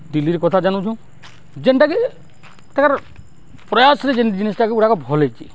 ଦିଲ୍ଲର୍ କଥା ଜାନୁଛୁଁ ଯେନ୍ଟାକି ତାଙ୍କର୍ ପ୍ରୟାସ୍ରେ ଯେନ୍ ଜିନିଷ୍ଟାକି ଗୁଡ଼ାକ ଭଲ୍ ହେଇଛେ